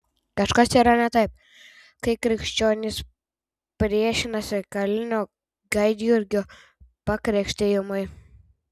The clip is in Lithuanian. kažkas yra ne taip kai krikščionys priešinasi kalinio gaidjurgio pakrikštijimui